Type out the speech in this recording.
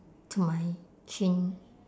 to my chin